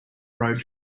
road